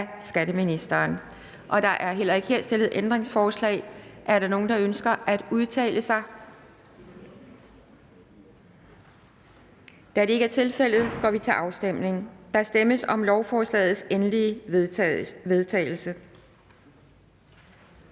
(Pia Kjærsgaard): Der er heller ikke her stillet ændringsforslag. Er der nogen, der ønsker at udtale sig? Da det ikke er tilfældet, går vi til afstemning. Kl. 12:40 Afstemning Anden